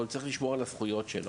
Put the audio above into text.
אבל הוא צריך לשמור על הזכויות שלו,